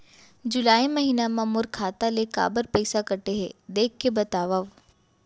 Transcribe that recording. जुलाई महीना मा मोर खाता ले काबर पइसा कटे हे, देख के बतावव?